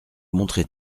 montrer